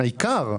עיקר ההכנסות,